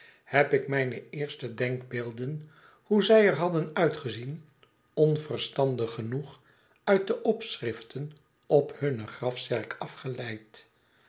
heb ik mijne eerste denkbeelden hoe zij er hadden uitgezien onverstandig genoeg uit de opschriften op hunne grafzerk afgeleid